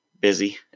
busy